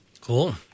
Cool